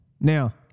Now